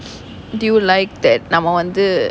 do you like that நம்ம வந்து:namma vanthu